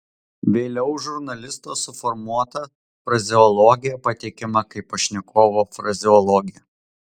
vėliau žurnalisto suformuota frazeologija pateikiama kaip pašnekovo frazeologija